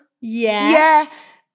yes